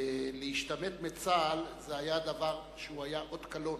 להשתמט מצה"ל זה היה דבר שהיה אות קלון,